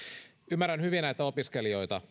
ymmärrän hyvin näitä opiskelijoita